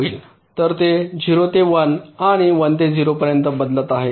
तर ते ० ते १ आणि १ ते ० पर्यंत बदलत आहे